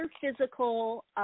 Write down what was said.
physical